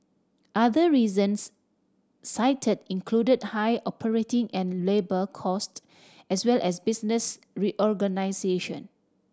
other reasons cited included high operating and labour cost as well as business reorganisation